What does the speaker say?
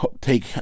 take